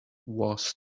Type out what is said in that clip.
was